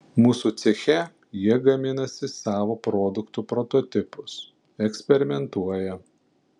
mūsų ceche jie gaminasi savo produktų prototipus eksperimentuoja